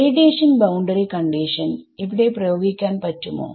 radiation boundary condition ഇവിടെ പ്രായോഗിക്കാൻ പറ്റുമോ